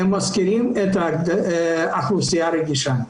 מזכירים את האוכלוסייה הרגישה.